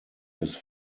his